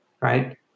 right